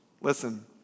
Listen